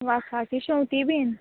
वासाची शेंवती बी